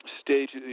stage